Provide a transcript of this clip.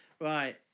Right